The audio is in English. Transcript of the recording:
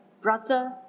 brother